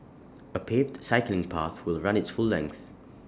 A paved cycling path will run its full length